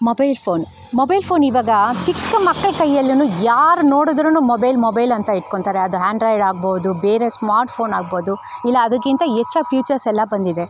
mobile phone mobile phone ಇವಾಗ ಚಿಕ್ಕ ಮಕ್ಳು ಕೈಯ್ಯಲ್ಲೂ ಯಾರು ನೋಡಿದ್ರೂ ಮೊಬೈಲ್ ಮೊಬೈಲ್ ಅಂತ ಇಡ್ಕೊಳ್ತಾರೆ ಅದು ಹ್ಯಾಂಡ್ರಾಯ್ಡ್ ಆಗ್ಬೋದು ಬೇರೆ ಸ್ಮಾರ್ಟ್ ಫೋನ್ ಆಗ್ಬೋದು ಇಲ್ಲ ಅದಕ್ಕಿಂತ ಹೆಚ್ಚಾಗಿ ಫ್ಯೂಚರ್ಸ್ ಎಲ್ಲ ಬಂದಿದೆ